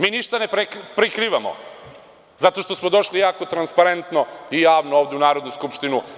Mi ništa ne prikrivamo zato što smo došli jako transparentno i javno ovde u Narodnu skupštinu.